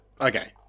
Okay